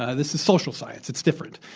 ah this is social science. it's different.